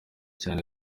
cyane